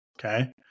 okay